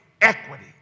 equity